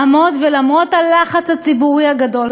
לעמוד ולמרות הלחץ הציבורי הגדול,